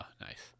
nice